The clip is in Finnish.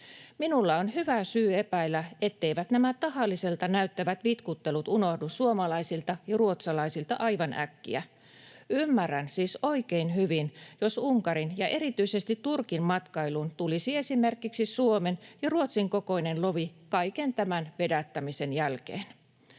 Minulla on hyvä syy epäillä, etteivät nämä tahalliselta näyttävät vitkuttelut unohdu suomalaisilta ja ruotsalaisilta aivan äkkiä. Ymmärrän siis oikein hyvin, jos Unkarin ja erityisesti Turkin matkailuun tulisi esimerkiksi Suomen ja Ruotsin kokoinen lovi kaiken tämän vedättämisen jälkeen.